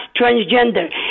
Transgender